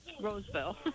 Roseville